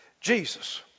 Jesus